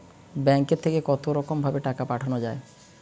ব্যাঙ্কের থেকে কতরকম ভাবে টাকা পাঠানো য়ায়?